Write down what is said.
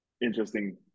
interesting